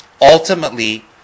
ultimately